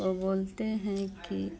वो बोलते हैं कि